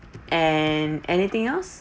and anything else